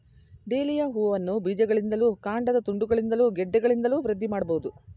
dahlia ಹೂವನ್ನ ಬೀಜಗಳಿಂದಲೂ ಕಾಂಡದ ತುಂಡುಗಳಿಂದಲೂ ಗೆಡ್ಡೆಗಳಿಂದಲೂ ವೃದ್ಧಿ ಮಾಡ್ಬಹುದು